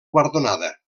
guardonada